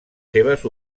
seves